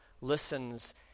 listens